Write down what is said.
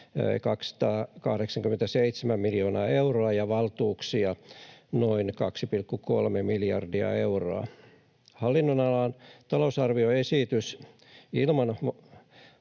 287 miljoonaa euroa ja valtuuksia noin 2,3 miljardia euroa. Hallinnonalan talousarvioesitys ilman